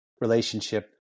relationship